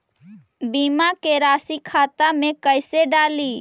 बीमा के रासी खाता में कैसे डाली?